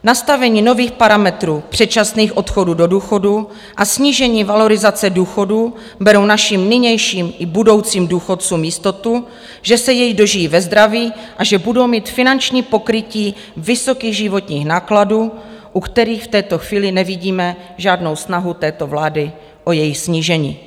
Nastavení nových parametrů předčasných odchodů do důchodu a snížení valorizace důchodů berou našim nynějším i budoucím důchodcům jistotu, že se jich dožijí ve zdraví a že budou mít finanční pokrytí vysokých životních nákladů, u kterých v této chvíli nevidíme žádnou snahu této vlády o jejich snížení.